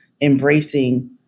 embracing